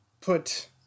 put